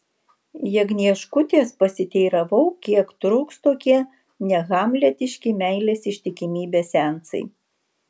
jagnieškutės pasiteiravau kiek truks tokie nehamletiški meilės ištikimybės seansai